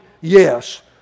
yes